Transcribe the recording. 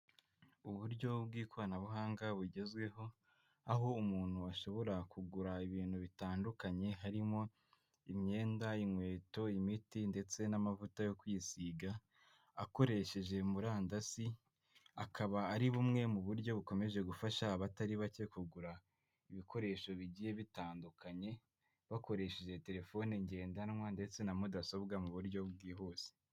Uburyo bw'ikoranabuhanga bugezweho aho umuntu ashobora kugura ibintu bitandukanye harimo imyenda, inkweto, imiti ndetse n'amavuta yo kwisiga akoresheje murandasi akaba ari bumwe mu buryo bukomeje gufasha abatari bake kugura ibikoresho bigiye bitandukanye bakoresheje telefone ngendanwa ndetse na mudasobwa mu buryo bwihuse.